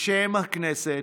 בשם הכנסת,